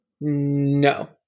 no